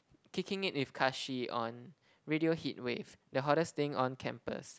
kicking it with Kahshee on radio heatwave the hottest thing on campus